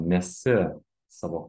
nesi savo